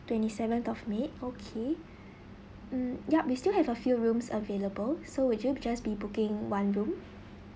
twenty seventh of may okay mm yup we still have a few rooms available so would you just be booking one room